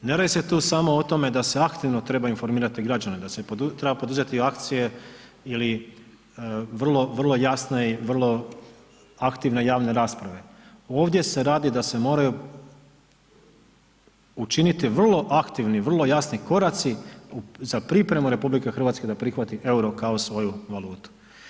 Ne radi se tu sam o tome da se aktivno trebaju informirati građani, da se treba poduzeti akcije ili vrlo, vrlo jasne i vrlo aktivne javne rasprave, ovdje se radi da se moraju učiniti vrlo aktivni i vrlo jasni koraci za pripremu RH da prihvati euro kao svoju valutu.